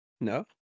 no